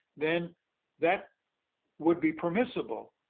then that would be permissible.